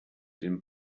dem